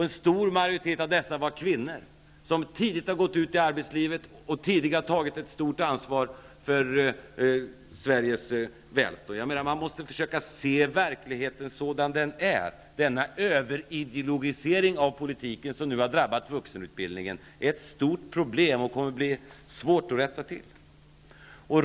En stor majoritet av dem är kvinnor som tidigt har gått ut i arbetslivet och tagit ett ansvar för Sveriges välstånd. Man måste försöka se verkligheten sådan den är. Den överideologisering av politiken som nu har drabbat vuxenutbildningen är ett stort problem som kommer att bli svårt att rätta till.